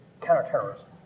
counterterrorism